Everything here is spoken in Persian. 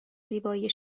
زیبایی